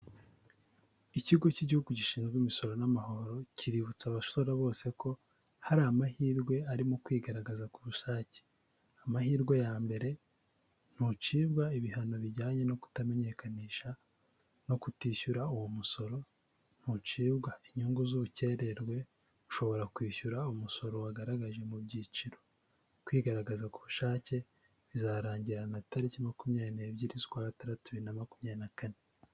Ikigo cy'Igihugu Gishinzwe Imisoro n'Amahoro kiributsa abasora bose ko hari amahirwe arimo kwigaragaza kubushake: amahirwe ya mbere, ntucibwa ibihano bijyanye no kutamenyekanisha no kutishyura uwo musoro, ntucibwa inyungu z'ubukererwe. Ushobora kwishyura umusoro wagaragaje mu byiciro. Kwigaragaza ku bushake bizarangirana na tariki makumyabiri n'ebyiri zukwa gatandatu bibiri na makumyabiri na kane.